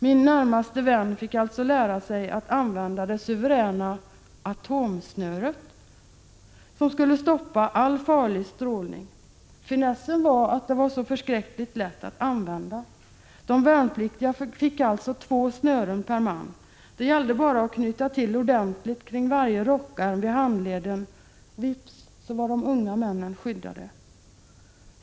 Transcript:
Min närmaste vän fick alltså lära sig att använda det suveräna atomsnöret, som skulle stoppa all farlig strålning. Finessen var att det var så förskräckligt lätt att använda. De värnpliktiga fick två snören per man. Det gällde bara att knyta till ordentligt kring varje rockärm vid handleden, och vips var de unga männen skyddade.